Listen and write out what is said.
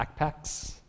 Backpacks